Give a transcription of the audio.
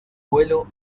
vuelo